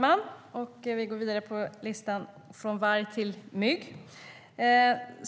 Herr talman!